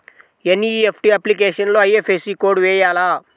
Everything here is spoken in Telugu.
ఎన్.ఈ.ఎఫ్.టీ అప్లికేషన్లో ఐ.ఎఫ్.ఎస్.సి కోడ్ వేయాలా?